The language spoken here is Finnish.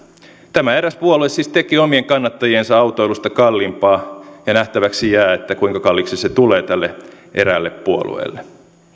tämä eräs puolue siis teki omien kannattajiensa autoilusta kalliimpaa ja nähtäväksi jää kuinka kalliiksi se tulee tälle eräälle puolueelle